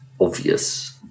obvious